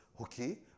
Okay